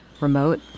remote